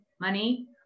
money